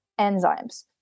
enzymes